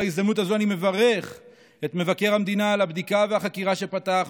בהזדמנות הזו אני מברך את מבקר המדינה על הבדיקה והחקירה שפתח,